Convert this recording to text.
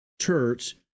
Church